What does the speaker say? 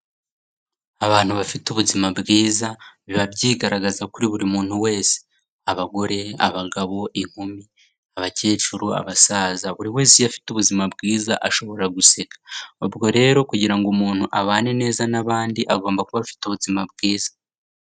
Abantu bafite ubuzima bwiza biba byigaragaza kuri buri muntu wese. Abagore, abagabo, inkumi, abakecuru, abasaza, buri wese iyo afite ubuzima bwiza ashobora guseka. Ubwo rero kugira ngo umuntu abane neza n'abandi agomba kuba afite ubuzima bwiza.